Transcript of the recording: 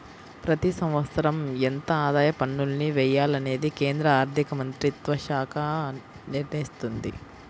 ప్రతి సంవత్సరం ఎంత ఆదాయ పన్నుల్ని వెయ్యాలనేది కేంద్ర ఆర్ధికమంత్రిత్వశాఖే నిర్ణయిత్తది